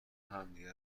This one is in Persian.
همدیگه